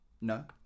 no